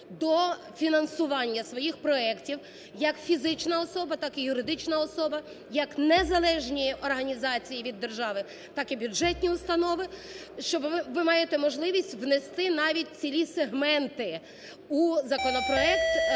до фінансування своїх проектів як фізична особа, так і юридична особа, як незалежні організації від держави, так і бюджетні установи, що ви маєте можливість внести навіть цілі сегменти у законопроект,